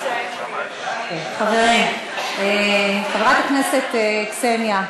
חברים, חברת הכנסת קסניה,